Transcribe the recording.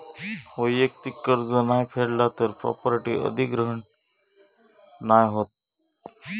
वैयक्तिक कर्ज नाय फेडला तर प्रॉपर्टी अधिग्रहण नाय होत